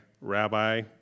rabbi